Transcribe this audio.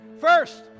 first